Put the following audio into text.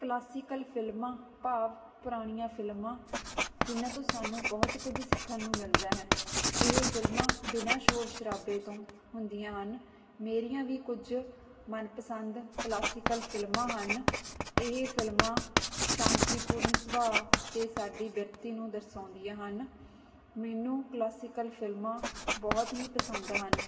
classical ਫਿਲਮਾਂ ਭਾਵ ਪੁਰਾਣੀਆਂ ਫਿਲਮਾਂ ਜਿਨਾਂ ਤੋਂ ਸਾਨੂੰ ਬਹੁਤ ਕੁਝ ਸਿੱਖਣ ਨੂੰ ਮਿਲਦਾ ਹੈ ਇਹ ਫਿਲਮਾਂ ਬਿਨਾਂ ਸ਼ੋਰ ਸ਼ਰਾਬੇ ਤੋਂ ਹੁੰਦੀਆਂ ਹਨ ਮੇਰੀਆਂ ਵੀ ਕੁਝ ਮਨ ਪਸੰਦ ਕਲਾਸਿਕਲ ਫਿਲਮਾਂ ਹਨ ਇਹ ਫਿਲਮਾਂ ਸ਼ਾਂਤੀ ਪੂਰਨ ਸੁਭਾਅ ਤੇ ਸਾਡੀ ਬਿਰਤੀ ਨੂੰ ਦਰਸਾਉਂਦੀਆਂ ਹਨ ਮੈਨੂੰ ਕਲਾਸਿਕਲ ਫਿਲਮਾਂ ਬਹੁਤ ਹੀ ਪਸੰਦ ਹਨ